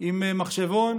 עם מחשבון,